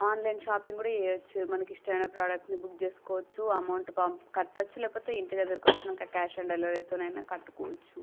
online shopping కూడా చేయచ్చు మనకి ఇష్టమైన ప్రాడక్ట్ని బుక్ చేసుకోవచ్చు అమౌంట్ కట్టచ్చు లేకపోతే ఇంటి దగ్గరకకు వచ్చినాక క్యాష్ ఆన్ డెలివరీతో అయిన కట్టుకోవచ్చు